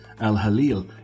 Al-Halil